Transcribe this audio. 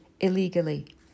illegally